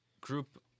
group